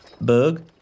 Bug